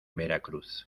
veracruz